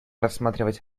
рассматривать